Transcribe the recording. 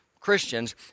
Christians